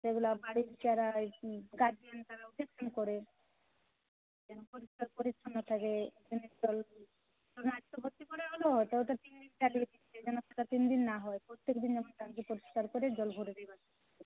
যেগুলো বাড়ির চড়াই গার্জিয়ানদেরও করে পরিষ্কার পরিছন্ন থাকে একটু করে হলেও তিন দিন না হয় প্রত্যেকদিন ট্যাঙ্কি পরিষ্কার করে জল ভরে দেবে